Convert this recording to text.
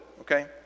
okay